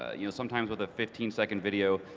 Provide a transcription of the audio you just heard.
ah you know sometimes with a fifteen second video,